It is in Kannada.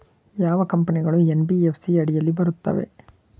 ಯಾವ ಕಂಪನಿಗಳು ಎನ್.ಬಿ.ಎಫ್.ಸಿ ಅಡಿಯಲ್ಲಿ ಬರುತ್ತವೆ?